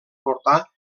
portar